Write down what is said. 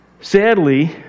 Sadly